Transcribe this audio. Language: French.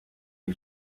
est